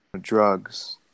drugs